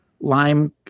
lime